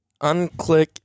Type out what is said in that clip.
unclick